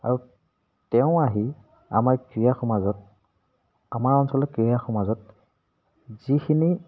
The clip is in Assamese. আৰু তেওঁ আহি আমাৰ ক্ৰীড়া সমাজত আমাৰ অঞ্চলৰ ক্ৰীড়া সমাজত যিখিনি